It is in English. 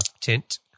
Tint